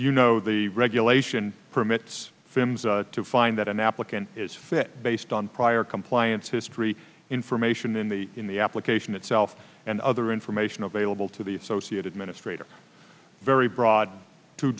you know the regulation permits films to find that an applicant is fit based on prior compliance history information in the in the application itself and other information available to the associated minutes frater very broad too